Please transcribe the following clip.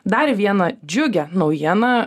dar vieną džiugią naujieną